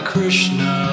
Krishna